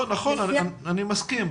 אני מסכים,